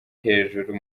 hejuru